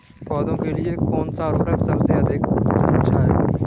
पौधों के लिए कौन सा उर्वरक सबसे अच्छा है?